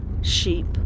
Sheep